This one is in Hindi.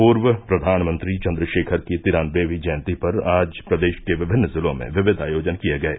पूर्व प्रधानमंत्री चन्द्रशेखर की तिरानवेवी जयंती पर आज प्रदेश के विभिन्न जिलों में विविध आयोजन किये गये